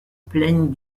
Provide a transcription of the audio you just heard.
plaignent